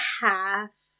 half